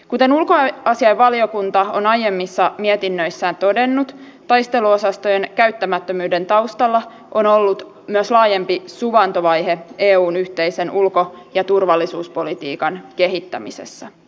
kuten ulkoasiainvaliokunta on aiemmissa mietinnöissään todennut taisteluosastojen käyttämättömyyden taustalla on ollut myös laajempi suvantovaihe eun yhteisen ulko ja turvallisuuspolitiikan kehittämisessä